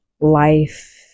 life